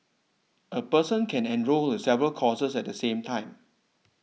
a person can enrol in several courses at the same time